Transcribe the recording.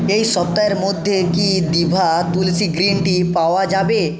এই সপ্তাহের মধ্যে কি দিভা তুলসি গ্রিন টি পাওয়া যাবে